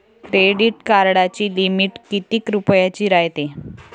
Credit कार्डाची limit कितीक रुपयाची रायते?